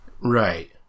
Right